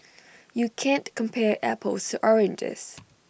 you can't compare apples to oranges